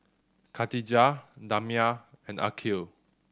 Katijah Damia and Aqil